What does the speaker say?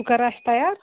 سُہ کَر آسہِ تَیار